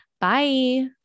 Bye